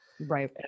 Right